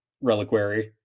reliquary